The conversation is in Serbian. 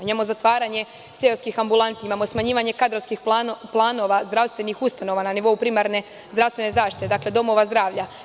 Imamo zatvaranje seoskih ambulanti, imamo smanjivanje kadrovskih planova zdravstvenih ustanova na nivou primarne zdravstvene zaštite, dakle, domova zdravlja.